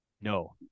No